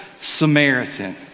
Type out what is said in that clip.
Samaritan